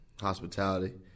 hospitality